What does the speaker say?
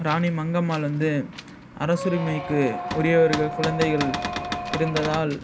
ராணி மங்கம்மாள் வந்து அரசுரிமைக்கு உரியவர்கள் குழந்தைகள் இருந்ததால்